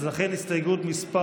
לכן ההצבעה על הסתייגות מס'